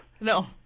no